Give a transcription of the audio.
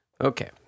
Okay